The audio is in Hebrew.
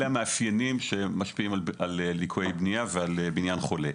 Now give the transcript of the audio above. אלה המאפיינים שמשפיעים על ליקויי בנייה ועל בניין חולה.